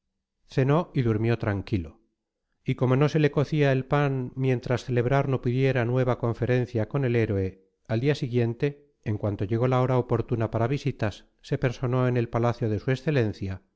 cenó y durmió tranquilo y como no se le cocía el pan mientras celebrar no pudiera nueva conferencia con el héroe al siguiente día en cuanto llegó la hora oportuna para visitas se personó en el palacio de su excelencia